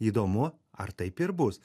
įdomu ar taip ir bus